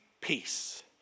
Peace